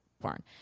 born